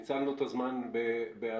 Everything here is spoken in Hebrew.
ניצלנו את הזמן בהיעדרך.